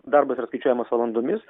darbas yra skaičiuojamas valandomis